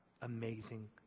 amazing